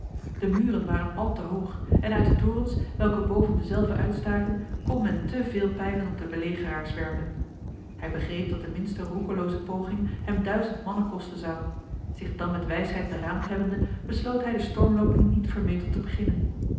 de muren waren al te hoog en uit de torens welke boven dezelve uitstaken kon men te veel pijlen op de belegeraars werpen hij begreep dat de minste roekeloze poging hem duizend mannen kosten zou zich dan met wijsheid beraamd hebbende besloot hij de stormloping niet vermetel te beginnen